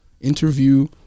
Interview